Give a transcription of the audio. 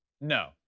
No